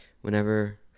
whenever